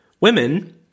Women